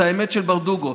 את האמת של ברדוגו.